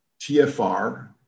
TFR